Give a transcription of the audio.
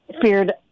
feared